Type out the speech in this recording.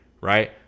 Right